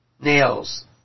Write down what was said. nails